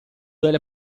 delle